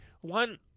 one